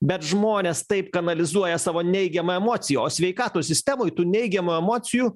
bet žmonės taip kanalizuoja savo neigiamą emociją o sveikatos sistemoj tų neigiamų emocijų